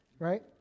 Right